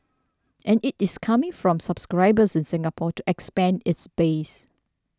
and it is coming from subscribers in Singapore to expand its base